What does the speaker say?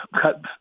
cut